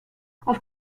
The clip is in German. auf